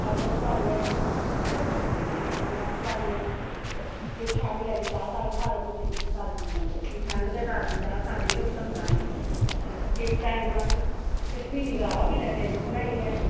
अदरक पान्ने लाची पान्ने ते शामी आह्ली चाह् साढ़े सारे बच्चे बूच्चे सारे पी लैंदे कि ठंड दे कारण चाह् सारे गी पसंद आंदी अच्छा इक टाइम अस कश्मीरी काह्वा पी लैन्ने बनाइयै